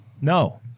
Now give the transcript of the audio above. No